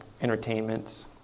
entertainments